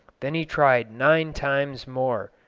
then he tried nine times more,